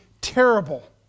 terrible